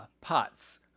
pots